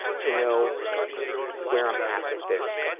to know where i'm at with this.